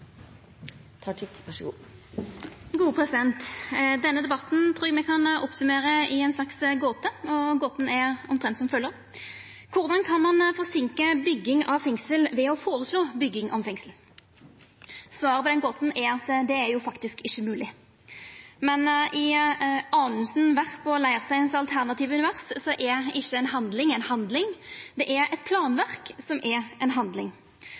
omtrent som følgjer: Korleis kan ein forseinka bygging av fengsel ved å føreslå bygging av fengsel? Svaret på den gåta er at det faktisk ikkje er mogleg. Men i Anundsens, Werps og Leirsteins alternative univers er ikkje ei handling ei handling, det er eit planverk som er ei handling.